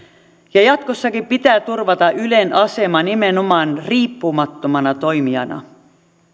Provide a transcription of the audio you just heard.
ja jatkossakin pitää turvata ylen asema nimenomaan riippumattomana toimijana